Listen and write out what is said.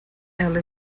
ela